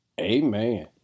Amen